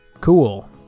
Cool